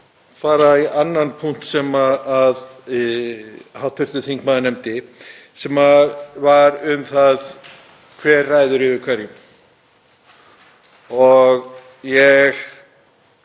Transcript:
fara í annan punkt sem hv. þingmaður nefndi sem var um það hver ræður yfir hverju. Ég og